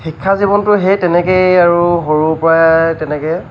শিক্ষা জীৱনটো সেই তেনেকৈ আৰু সৰুৰপৰাই তেনেকৈ